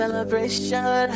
Celebration